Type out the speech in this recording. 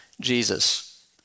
Jesus